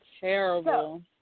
Terrible